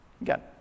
Again